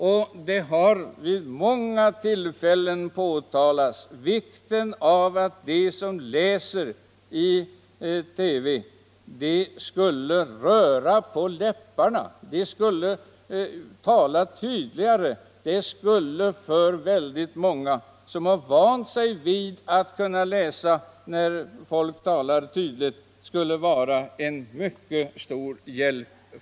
Dessa har vid många tillfällen framhållit vikten av att de som framträder i TV borde röra mera på läpparna och tala tydligare. Det skulle för många döva som vant sig vid att läsa på läpparna när folk talar vara till mycket stor hjälp.